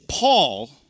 Paul